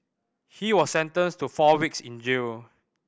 he was sentenced to four weeks in jail